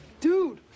Dude